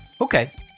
Okay